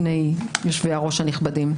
שני יושבי הראש הנכבדים.